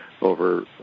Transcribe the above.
over